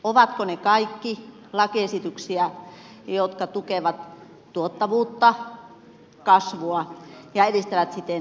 ovatko ne kaikki lakiesityksiä jotka tukevat tuottavuutta kasvua ja edistävät siten suomen mahdollisuuksia selviytyä